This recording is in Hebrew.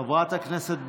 חברת הכנסת ברק,